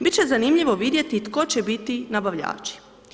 Bit će zanimljivo vidjeti tko će biti nabavljači.